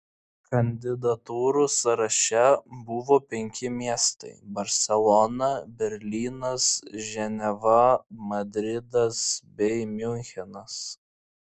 kandidatūrų sąraše buvo penki miestai barselona berlynas ženeva madridas bei miunchenas